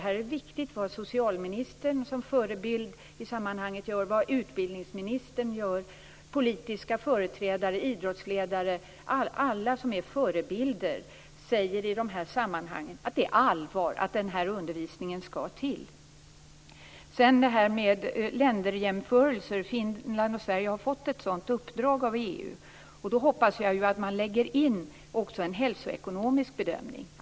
Här är det viktigt vad socialministern som förebild i sammanhanget gör, vad utbildningsministern gör och att politiska företrädare, idrottsledare, ja, alla som är förebilder säger i dessa sammanhang att det är allvar och att den här undervisningen skall till. Jag vill också beröra det här med länderjämförelser. Finland och Sverige har fått ett sådant uppdrag av EU, och då hoppas jag att man lägger in också en hälsoekonomisk bedömning.